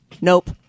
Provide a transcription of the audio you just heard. Nope